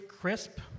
crisp